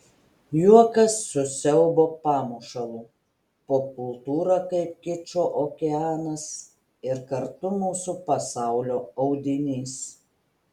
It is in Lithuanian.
juokas su siaubo pamušalu popkultūra kaip kičo okeanas ir kartu mūsų pasaulio audinys